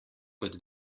kot